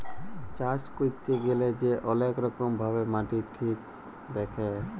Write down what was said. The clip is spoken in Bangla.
চাষ ক্যইরতে গ্যালে যে অলেক রকম ভাবে মাটি ঠিক দ্যাখে